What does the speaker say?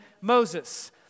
Moses